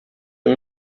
you